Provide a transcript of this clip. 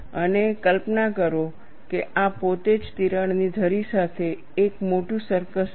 અને કલ્પના કરો કે આ પોતે જ તિરાડની ધરી સાથે એક મોટું સર્કસ છે